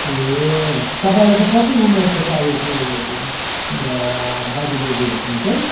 ए तपाईँलाई चाहिँ कति उमेरको चाहिएको त्यो बाजे बोजू हेर्ने चाहिँ